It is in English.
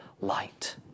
light